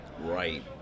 Right